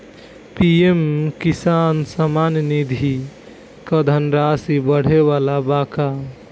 PM Kisan Samman Nidhi क धनराशि बढ़े वाला बा का?